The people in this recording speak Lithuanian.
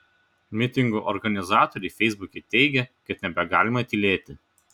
mitingo organizatoriai feisbuke teigė kad nebegalima tylėti